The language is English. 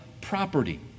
property